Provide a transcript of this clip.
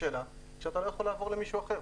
שלה כשאתה לא יכול לעבור למישהו אחר?